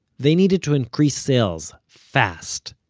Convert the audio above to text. they needed to increase sales, fast.